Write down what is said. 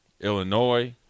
Illinois